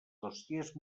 dossiers